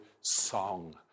song